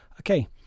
okay